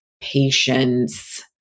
patience